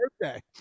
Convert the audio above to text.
birthday